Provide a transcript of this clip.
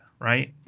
right